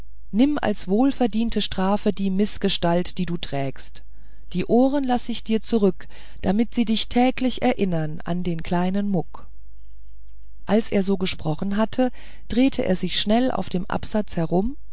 nimm als wohlverdiente strafe die mißgestalt die du trägst die ohren laß ich dir zurück damit sie dich täglich erinnern an den kleinen muck als er so gesprochen hatte drehte er sich schnell auf dem absatz herum